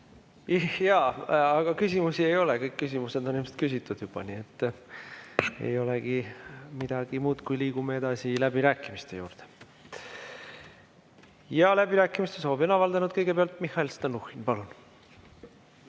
Jaa, aga küsimusi ei ole, kõik küsimused on küsitud juba, nii et ei olegi midagi muud, kui liigume edasi läbirääkimiste juurde. Läbirääkimiste soovi on avaldanud kõigepealt Mihhail Stalnuhhin. Palun!